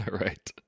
Right